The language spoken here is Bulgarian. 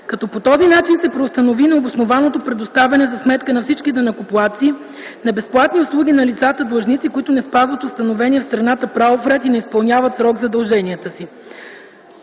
като по този начин се преустанови необоснованото предоставяне за сметка на всички данъкоплатци на безплатни услуги на лицата длъжници, които не спазват установения в страната правов ред и не изпълняват в срок задълженията си.